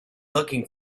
looking